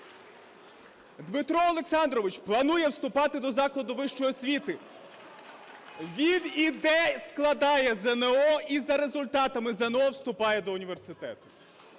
Дмитро Олександрович планує вступати до закладу вищої освіти, він йде і складає ЗНО, і за результатами ЗНО вступає до університету.